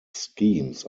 schemes